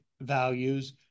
values